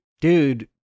dude